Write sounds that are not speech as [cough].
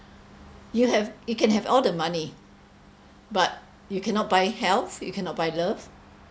[breath] you have you can have all the money but you cannot buy health you cannot buy love